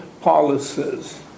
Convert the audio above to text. policies